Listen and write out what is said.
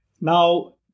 Now